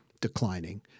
declining